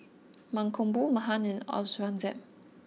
Mankombu Mahan and Aurangzeb